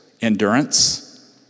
endurance